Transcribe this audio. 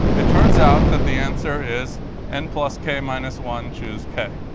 it turns out that the answer is n plus k minus one choose k.